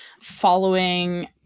following